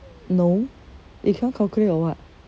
no you cannot calculate or what